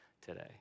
today